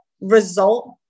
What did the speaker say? result